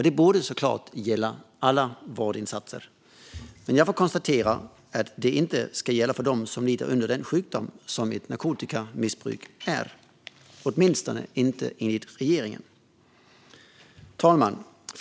Det borde såklart gälla alla vårdinsatser, men jag får konstatera att det inte ska gälla dem som lider av den sjukdom som ett narkotikamissbruk är - åtminstone inte enligt regeringen.